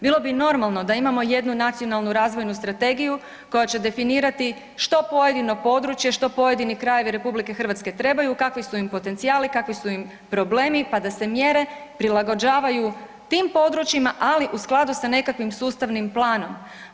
Bilo bi normalno da imamo jednu nacionalnu razvojnu strategiju, koja će definirati što pojedino područje, što pojedini krajevi RH trebaju, kakvi su im potencijali, kakvi su im problemi, pa da se mjere prilagođavaju tim područjima, ali u skladu sa nekakvim sustavnim planom.